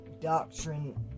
doctrine